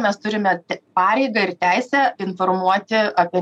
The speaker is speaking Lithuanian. mes turime pareigą ir teisę informuoti apie